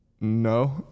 no